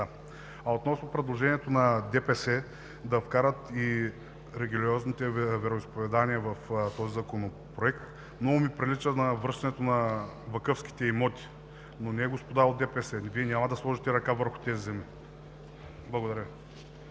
А относно предложението на ДПС – да вкарат и религиозните вероизповедания в този законопроект, много ми прилича на връщането на вакъфските имоти. Но не, господа от ДПС, Вие няма да сложите ръка върху тези земи! Благодаря